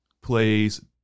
plays